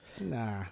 Nah